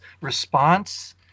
response